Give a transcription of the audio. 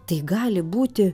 tai gali būti